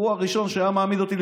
הוא הראשון שהיה מעמיד אותי,